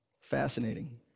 Fascinating